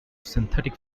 synthetic